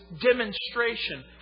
demonstration